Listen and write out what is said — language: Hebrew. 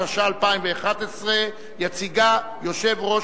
התשע"א 2011. יציגה יושב-ראש